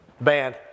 band